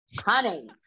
honey